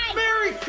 merry